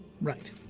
Right